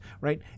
Right